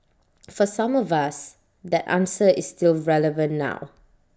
for some of us that answer is still relevant now